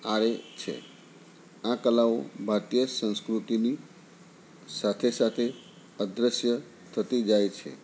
આરે છે આ કલાઓ ભારતીય સંસ્કૃતિની સાથે સાથે અદૃશ્ય થતી જાય છે